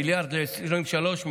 מיליארד ל-2023,